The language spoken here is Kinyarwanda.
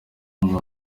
umuntu